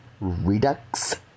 Redux